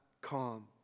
calm